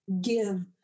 give